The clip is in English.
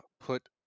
put